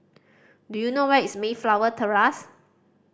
do you know where is Mayflower Terrace